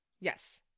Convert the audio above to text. Yes